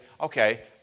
okay